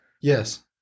Yes